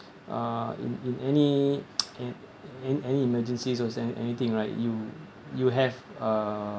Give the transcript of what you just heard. uh in in any in an~ any emergencies or if there's anything right you you have uh